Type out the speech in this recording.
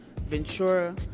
Ventura